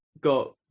got